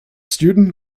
student